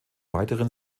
weiteren